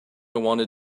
wanted